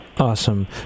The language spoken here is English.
Awesome